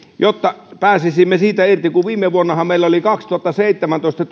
jotta pääsisimme irti siitä kun vielä viime vuonnahan meillä meni kaksituhattaseitsemäntoista